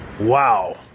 Wow